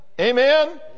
Amen